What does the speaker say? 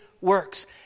works